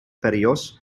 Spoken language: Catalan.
perillós